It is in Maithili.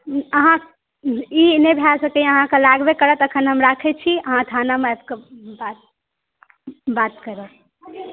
ई नहि भय सकैया अहाँकेॅं लागबे करत एखन हम राखै छी अहाँ थाना मे आबि कऽ बात करब